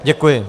Děkuji.